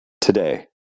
today